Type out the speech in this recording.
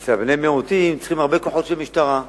אצל בני מיעוטים, צריכים הרבה כוחות של משטרה.